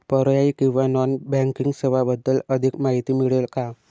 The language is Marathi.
पर्यायी किंवा नॉन बँकिंग सेवांबद्दल अधिक माहिती मिळेल का?